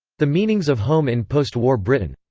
the meanings of home in postwar britain.